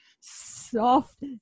soft